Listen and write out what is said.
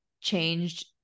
changed